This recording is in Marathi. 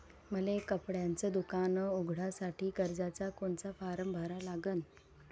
मले कपड्याच दुकान उघडासाठी कर्जाचा कोनचा फारम भरा लागन?